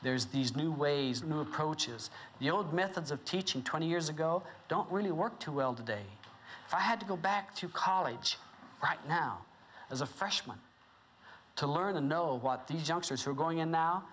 there's these new ways new approaches the old methods of teaching twenty years ago don't really work too well today if i had to go back to college right now as a freshman to learn the know what these jokes are going in now